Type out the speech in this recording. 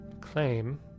claim